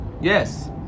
Yes